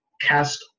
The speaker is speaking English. cast